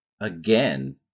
again